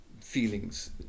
feelings